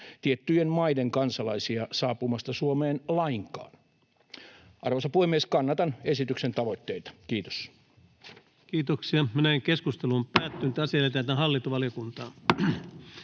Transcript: tiettyjen maiden kansalaisia saapumasta Suomeen lainkaan. Arvoisa puhemies! Kannatan esityksen tavoitteita. — Kiitos. Lähetekeskustelua varten esitellään